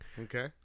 Okay